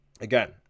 again